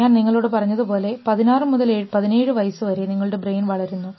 ഞാൻ നിങ്ങളോടു പറഞ്ഞതുപോലെ 16 17 വയസ്സ് വരെ നിങ്ങളുടെ ബ്രെയിൻ വളരുന്നു